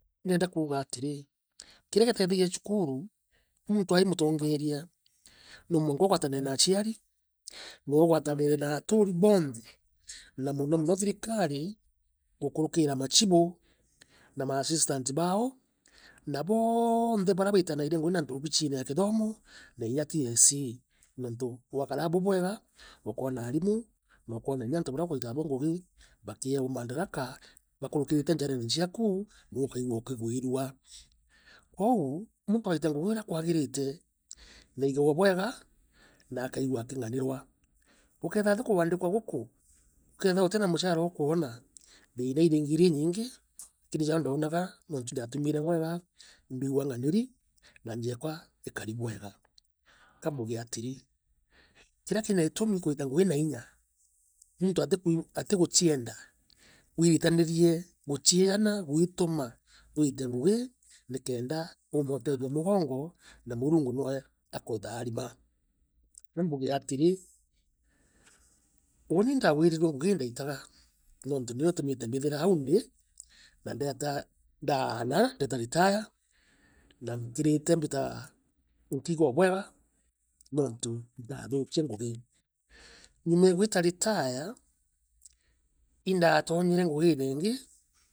ndienda kuuga atiri, kirea kitethagia cukuru, muntu ai mutongeria, no mwanka ugwatanire na aciari. noogwatanire na aturi boonthe na munomuno thirikari, gukurukira machibu, na maassistant baao, na boonthe baria baitanairia ngugi na antu ba obichi ya kithomo, na inya TSC nontu bwakara abo bwega, ukoona aarimu. na ukona kinya aatu baria ukuita abo ngugii bakieewa mandaraka bakurukirite njarene ciakuu na ukaigua ukigwiirua. Kwouu, muntu akarita ngugi urea kwagirite, naigagua bwega na akaigua akinganirwa. Kukeethira ti kuaandikwa guku, ukeethirwa utina mushara ukwona, thiina iriingia iri iinyingi, lakini jurea ndoonaga. nuntu indaatumire bwega. imbigagua nganiri, na nja eekwa ikari bwega. Kambuge atiri, kiria kina itumi i gwita ngugi na inya muntu ati guchienda, wiritanirie guchieeana, gwituma, wiite ngugi nikenda uumba utethia mugongo na Murungu noe akutharima. Ambuge atiri, uuni ndaagwiriirue ngugi ii ndaitaga nontu nio itumite mbithira aau ndi, na ndeeta ndaana, ndeeta ritaya, na mbitaa nikagagua bwegaa nontu ntathukia ngugii. Nyuma ya gwita ritaya, indaatonyere ngugine iingi.